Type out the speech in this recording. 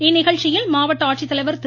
இந்நிகழ்ச்சியில் மாவட்ட ஆட்சித்தலைவர் திரு